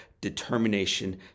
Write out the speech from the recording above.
determination